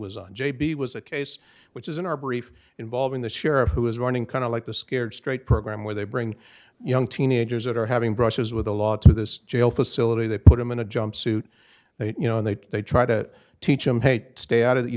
was on j b was a case which is in our brief involving the sheriff who is running kind of like the scared straight program where they bring young teenagers that are having brushes with the law to this jail facility that put them in a jumpsuit they you know they they try to teach them hate stay out of it you